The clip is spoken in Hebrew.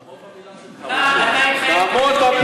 תעמוד במילה שלך, משה, תעמוד במילה שלך.